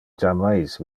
jammais